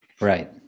Right